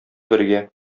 бергә